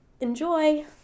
Enjoy